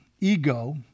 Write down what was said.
ego